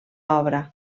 obra